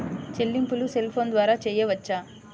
చెల్లింపులు cell phone ద్వారా చేయవచ్చా?